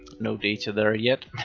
no data there yet